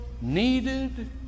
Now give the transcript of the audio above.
needed